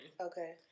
Okay